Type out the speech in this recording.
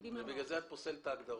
בגלל זה את פוסלת את ההגדרות.